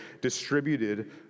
distributed